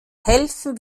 helfen